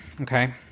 Okay